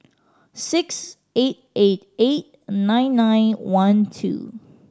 six eight eight eight nine nine one two